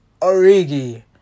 Origi